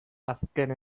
azken